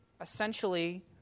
essentially